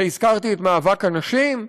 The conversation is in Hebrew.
והזכרתי את מאבק הנשים,